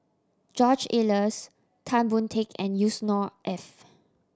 George Oehlers Tan Boon Teik and Yusnor Ef